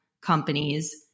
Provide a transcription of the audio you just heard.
companies